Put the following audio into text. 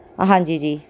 ਹਾਂਜੀ ਜੀ